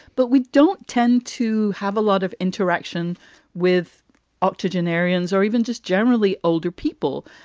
but we don't tend to have a lot of interaction with octogenarians or even just generally older people.